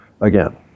again